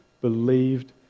believed